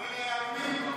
כולל היהלומים?